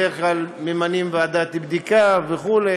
בדרך כלל ממנים ועדת בדיקה וכו'.